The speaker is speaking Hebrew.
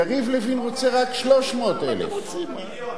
יריב לוין רוצה רק 300,000. הוא רצה מיליון.